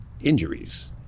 injuries